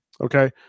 Okay